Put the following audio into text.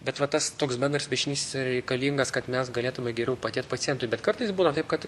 bet va tas toks bendras piešinys jis yra reikalingas kad mes galėtume geriau padėt pacientui bet kartais būna taip kad